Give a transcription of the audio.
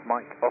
Mike